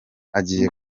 agiye